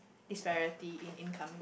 its variety in incoming